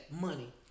money